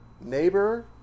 neighbor